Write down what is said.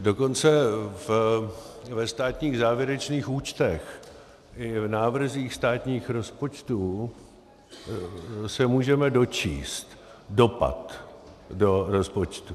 Dokonce ve státních závěrečných účtech i v návrzích státních rozpočtů se můžeme dočíst dopad do rozpočtu.